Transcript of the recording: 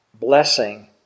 blessing